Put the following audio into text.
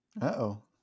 Uh-oh